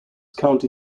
county